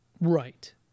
Right